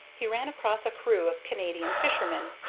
he ran across a crew of canadian fishermen,